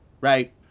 right